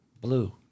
blue